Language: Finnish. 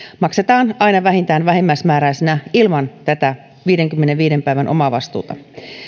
maksetaan aina vähintään vähimmäismääräisenä ilman tätä viidenkymmenenviiden päivän omavastuuta